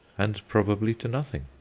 and probably to nothing.